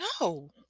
No